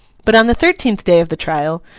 but on the thirteenth day of the trial,